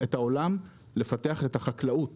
את העולם לפתח את החקלאות